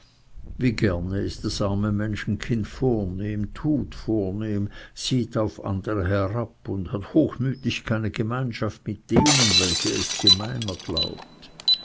wie gerne ist das arme menschenkind vornehm tut vornehm sieht auf andere herab und hat hochmütig keine gemeinschaft mit denen welche es gemeiner glaubt